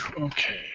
Okay